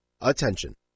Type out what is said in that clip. Attention